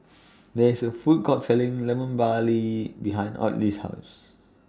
There IS A Food Court Selling Lemon Barley behind Ottilie's House